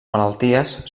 malalties